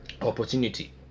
Opportunity